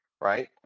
right